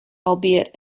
albeit